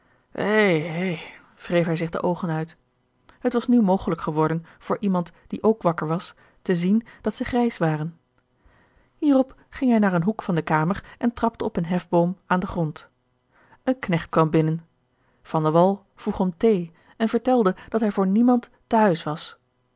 hé hé wreef hij zich de oogen uit het was nu mogelijk geworden voor iemand die ook wakker was te zien dat zij grijs waren hierop ging hij naar een hoek van de kamer en trapte op een hefboom aan den grond een knecht kwam binnen van de wall vroeg om thee en vertelde dat hij voor niemand te huis was